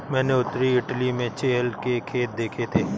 मैंने उत्तरी इटली में चेयल के खेत देखे थे